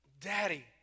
daddy